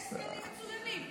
יש סגנים מצוינים.